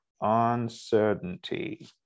Uncertainty